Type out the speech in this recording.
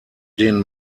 den